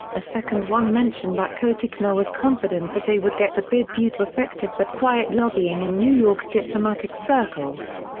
a second one mentioned that cotecna was confident that they would get the bid due to effective but quiet lobbying in new york diplomatic circles.